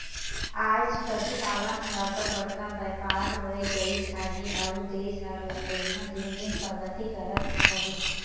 आएज पसुपालन हर अब्बड़ बड़खा बयपार होए गइस अहे अउ देस हर एम्हां दिन दिन परगति करत अहे